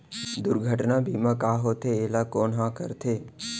दुर्घटना बीमा का होथे, एला कोन ह करथे?